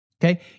Okay